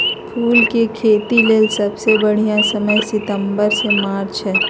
फूल के खेतीले सबसे बढ़िया समय सितंबर से मार्च हई